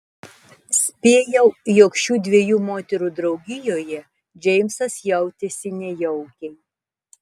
spėjau jog šių dviejų moterų draugijoje džeimsas jautėsi nejaukiai